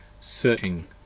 Searching